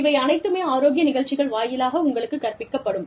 இவை அனைத்துமே ஆரோக்கிய நிகழ்ச்சிகள் வாயிலாக உங்களுக்குக் கற்பிக்கப்படும்